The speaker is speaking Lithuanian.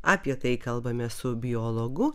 apie tai kalbame su biologu